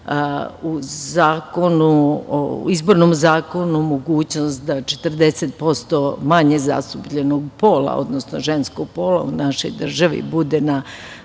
u izbornom zakonu mogućnost da 40% manje zastupljenog pola, odnosno ženskog pola u našoj državi bude na